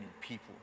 people